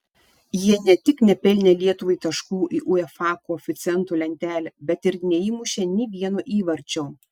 jie ne tik nepelnė lietuvai taškų į uefa koeficientų lentelę bet ir neįmušė nė vieno įvarčio